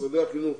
משרדי החינוך,